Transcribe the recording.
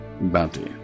bounty